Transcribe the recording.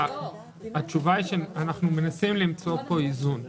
התשובה היא שאנחנו מנסים למצוא פה איזון.